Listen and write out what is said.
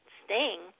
sting